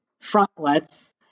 frontlets